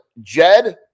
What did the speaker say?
Jed